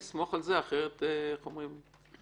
הרשם נותן את הצו לתאריך מסוים, נגיד ה-15 לחודש.